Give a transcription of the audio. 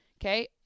Okay